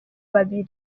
babiri